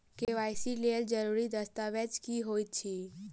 KYC लेल जरूरी दस्तावेज की होइत अछि?